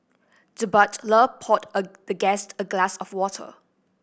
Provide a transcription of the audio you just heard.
the butler poured a the guest a glass of water